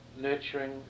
nurturing